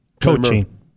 coaching